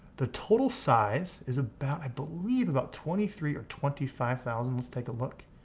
the total size is about i believe, about twenty three or twenty five thousand. let's take a look.